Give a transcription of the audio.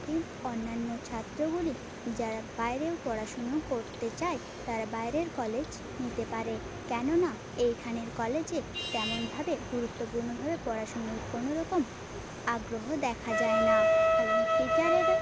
অন্যান্য ছাত্রগুলি যারা বাইরেও পড়াশুনো করতে চায় তারা বাইরের কলেজ নিতে পারে কেন না এইখানের কলেজে তেমনভাবে গুরুত্বপূর্ণভাবে পড়াশুনোর কোনো রকম আগ্রহ দেখা যায় না এবং টিচারের